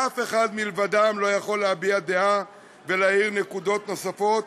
ואף אחד מלבדם לא יכול להביע דעה ולהאיר נקודות נוספות